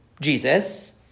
Jesus